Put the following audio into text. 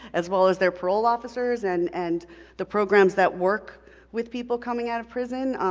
as well as their parole officers and and the programs that work with people coming out of prison.